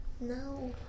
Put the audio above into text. No